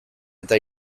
eta